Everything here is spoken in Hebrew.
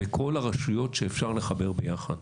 וכל הרשויות שאפשר לחבר יחד.